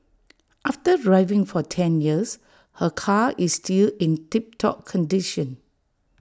after driving for ten years her car is still in tip top condition